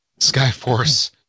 Skyforce